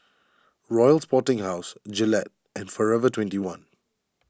Royal Sporting House Gillette and forever twenty one